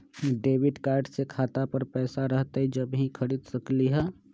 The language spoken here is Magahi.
डेबिट कार्ड से खाता पर पैसा रहतई जब ही खरीद सकली ह?